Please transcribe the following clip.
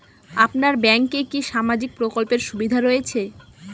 আপনার ব্যাংকে কি সামাজিক প্রকল্পের সুবিধা রয়েছে?